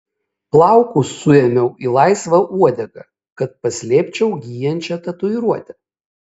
plaukus suėmiau į laisvą uodegą kad paslėpčiau gyjančią tatuiruotę